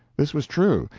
this was true,